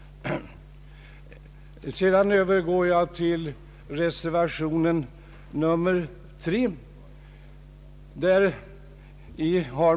Sedan övergår jag till reservationen vid punkten 4.